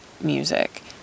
music